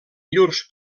llurs